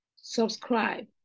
subscribe